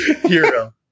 Hero